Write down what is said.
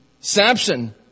Samson